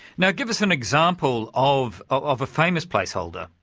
now give us an example of of a famous placeholder.